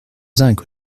zinc